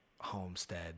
homestead